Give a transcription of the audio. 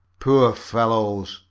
poor fellows,